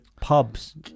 pubs